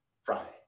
Friday